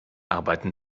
arbeiten